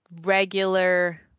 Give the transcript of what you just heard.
regular